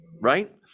right